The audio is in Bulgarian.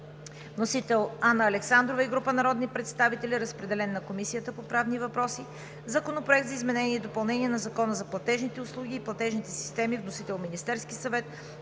Вносител е Анна Александрова и група народни представители. Разпределен е на Комисията по правни въпроси. Законопроект за изменение и допълнение на Закона за платежните услуги и платежните системи. Вносител е Министерският съвет.